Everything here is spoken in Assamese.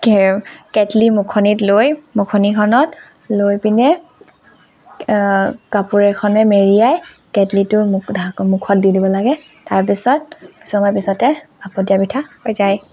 কে কেটলি মুখনিত লৈ মুখনিখনত লৈ পিনে কাপোৰ এখনেৰে মেৰিয়াই কেটলিটোৰ মুখত দি দিব লাগে তাৰপিছত কিছু সময়ৰ পিছতেই ভাপত দিয়া পিঠা হৈ যায়